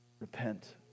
Repent